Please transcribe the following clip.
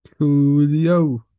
Coolio